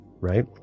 right